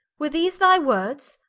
were these thy words?